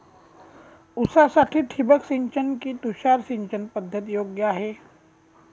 ऊसासाठी ठिबक सिंचन कि तुषार सिंचन पद्धत योग्य आहे?